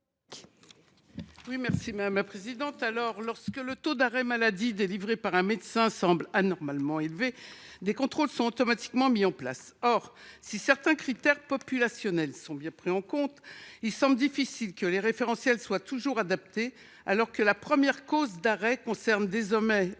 l’amendement n° 819 rectifié. Lorsque le taux d’arrêts maladie délivrés par un médecin semble anormalement élevé, des contrôles sont automatiquement mis en place. Or, si certains critères populationnels sont bien pris en compte, il semble difficile que les référentiels soient toujours adaptés, alors que la première cause d’arrêt de travail concerne désormais